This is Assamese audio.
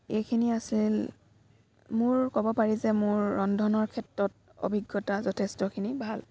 এইখিনিয়েই আছিল মোৰ ক'ব পাৰি যে মোৰ ৰন্ধনৰ ক্ষেত্ৰত অভিজ্ঞতা যথেষ্টখিনি ভাল